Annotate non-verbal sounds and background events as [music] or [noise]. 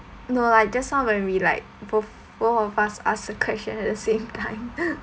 no lah just now when we like both both of us asks a question at the same time [laughs]